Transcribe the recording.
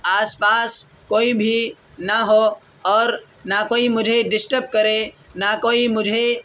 آس پاس کوئی بھی نہ ہو اور نہ کوئی مجھے ڈسٹپ کرے نہ کوئی مجھے